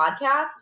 Podcast